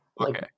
Okay